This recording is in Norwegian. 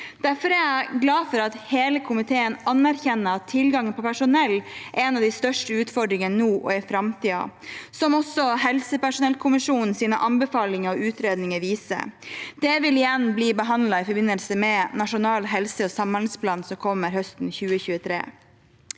Derfor er jeg glad for at hele komiteen anerkjenner at tilgangen på personell er en av de største utfordringene nå og i framtiden, noe også helsepersonellkommisjonens anbefalinger og utredninger viser. Det vil igjen bli behandlet i forbindelse med nasjonal helse- og samhandlingsplan, som kommer høsten 2023.